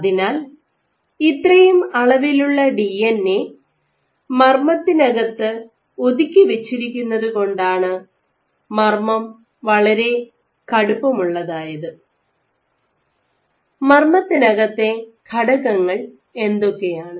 അതിനാൽ ഇത്രയും അളവിലുള്ള ഡിഎൻഎ മർമ്മത്തിനകത്ത് ഒതുക്കി വെച്ചിരിക്കുന്നത് കൊണ്ടാണ് മർമ്മം വളരെ കടുപ്പമുള്ളതായത് മർമ്മത്തിനകത്തെ ഘടകങ്ങൾ എന്തൊക്കെയാണ്